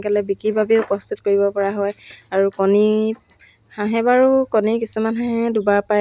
কৰা শিকাই দিলোঁ তাৰপিছত সিহঁতিও মোৰ লগত মেখেলা চাদৰ ৰুমাল গাৰু কভাৰ সেইবিলাক